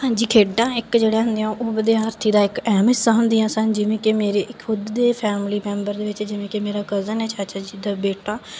ਹਾਂਜੀ ਖੇਡਾਂ ਇੱਕ ਜਿਹੜੇ ਹੁੰਦੀਆਂ ਉਹ ਵਿਦਿਆਰਥੀ ਦਾ ਇੱਕ ਅਹਿਮ ਹਿੱਸਾ ਹੁੰਦੀਆਂ ਸਨ ਜਿਵੇਂ ਕਿ ਮੇਰੇ ਖੁਦ ਦੇ ਫੈਮਿਲੀ ਮੈਂਬਰ ਦੇ ਵਿੱਚ ਜਿਵੇਂ ਕਿ ਮੇਰਾ ਕਜ਼ਨ ਹੈ ਚਾਚਾ ਜੀ ਦਾ ਬੇਟਾ